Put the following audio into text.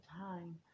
time